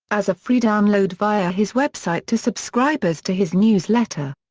as a free download via his website to subscribers to his news letter.